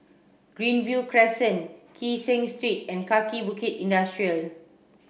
Greenview Crescent Kee Seng Street and Kaki Bukit Industrial Estate